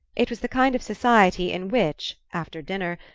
it was the kind of society in which, after dinner,